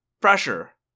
Pressure